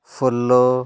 ᱥᱳᱞᱞᱳ